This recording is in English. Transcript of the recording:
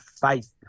faith